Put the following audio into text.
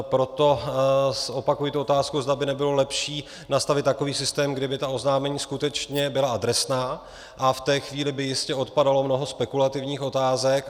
Proto zopakuji tu otázku, zda by nebylo lepší nastavit takový systém, kdy by ta oznámení skutečně byla adresná, a v té chvíli by jistě odpadalo mnoho spekulativních otázek.